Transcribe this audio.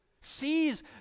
sees